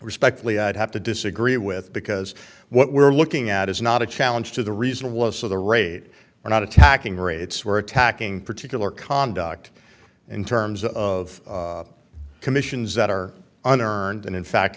respectfully i'd have to disagree with because what we're looking at is not a challenge to the reasonable us of the raid we're not attacking rates were attacking particular conduct in terms of commissions that are unearned and in fact